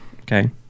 Okay